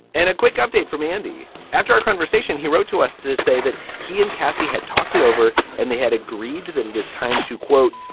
and a quick update from andy after our conversation. he wrote to us to say that he and cassie had talked it over and they had agreed that it is time to, quote,